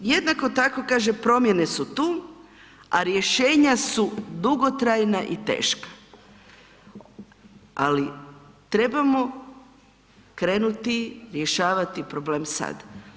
Jednako tako kaže promjene su tu, a rješenja su dugotrajna i teška, ali trebamo krenuti rješavati problem sad.